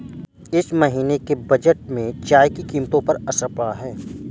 इस महीने के बजट में चाय की कीमतों पर असर पड़ा है